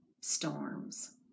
storms